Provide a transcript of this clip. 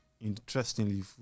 Interestingly